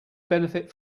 benefit